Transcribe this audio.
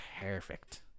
Perfect